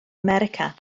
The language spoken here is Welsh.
america